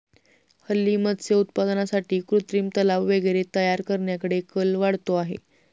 हल्ली मत्स्य उत्पादनासाठी कृत्रिम तलाव वगैरे तयार करण्याकडे कल वाढतो आहे